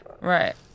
Right